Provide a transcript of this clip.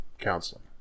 counseling